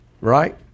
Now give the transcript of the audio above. Right